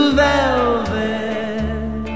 velvet